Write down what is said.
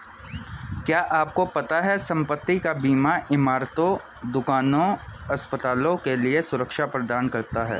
क्या आपको पता है संपत्ति का बीमा इमारतों, दुकानों, अस्पतालों के लिए सुरक्षा प्रदान करता है?